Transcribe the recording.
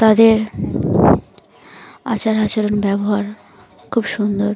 তাদের আচার আচরণ ব্যবহার খুব সুন্দর